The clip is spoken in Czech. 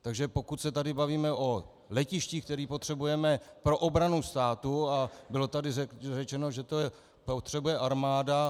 Takže pokud se tady bavíme o letištích, která potřebujeme pro obranu státu a bylo tady řečeno, že to potřebuje armáda.